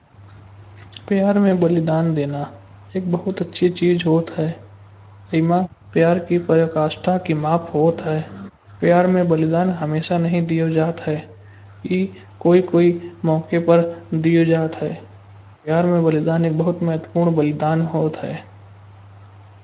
प्यार में बलिदान देना एक बहुत अच्छी चीज होता है। एमा प्यार की परिकाष्ठा की माप होत ह। प्यार में बलिदान हमेशा नहीं दियो जाता है ए कोई कोई मौके पर दिये जात है। प्यार में बलिदान एक नहुत महत्वपूर्ण बलिदान होत है।